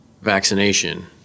vaccination